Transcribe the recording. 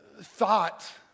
thought